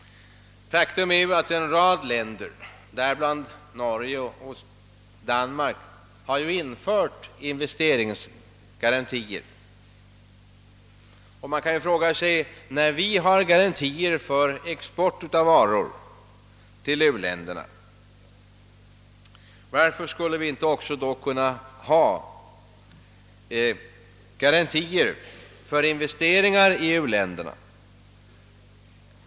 Faktum är att en rad länder, däribland Norge och Danmark, har infört inves teringsgarantier, och man kan fråga sig varför inte vi, då vi har garantier vid export av varor till u-länderna, skulle kunna ha garantier också för investeringar i u-länderna.